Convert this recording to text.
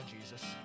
Jesus